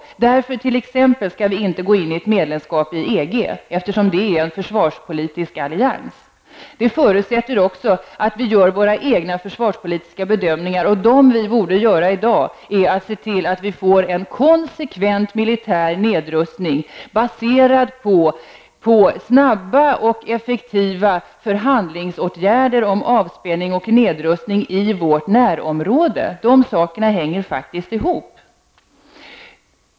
Vi skall därför t.ex. inte gå in i ett medlemskap i EG, eftersom det är en försvarspolitisk allians. Det förutsätter också att vi gör våra egna försvarspolitiska bedömningar. Vad vi borde göra i dag är att se till att vi får en konsekvent militär nedrustning baserad på snabba och effektiva förhandlingsåtgärder om avspänning och nedrustning i vårt närområde. De sakerna hänger faktiskt ihop.